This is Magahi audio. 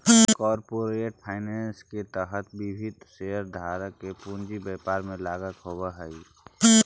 कॉरपोरेट फाइनेंस के तहत विभिन्न शेयरधारक के पूंजी व्यापार में लगल होवऽ हइ